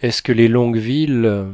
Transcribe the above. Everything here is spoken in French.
est-ce que les longueville